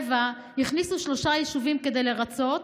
קילומטר יכניסו שלושה יישובים כדי לרצות,